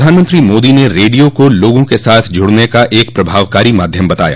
प्रधानमंत्री मोदी ने रेडियो को लोगों के साथ जुड़ने का एक प्रभावकारी माध्यम बताया